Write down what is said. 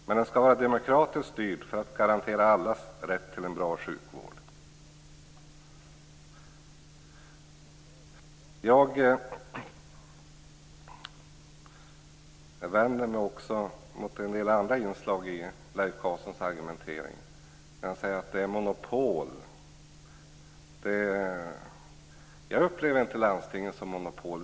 Men den skall vara demokratiskt styrd för att garantera allas rätt till en bra sjukvård. Jag vänder mig också mot en del andra inslag i Leif Carlsons argumentering. Han säger att det är monopol. Jag upplever inte landstingen som monopol.